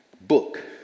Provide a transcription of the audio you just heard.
book